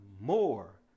more